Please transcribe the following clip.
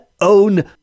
own